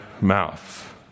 mouth